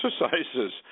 exercises